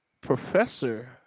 professor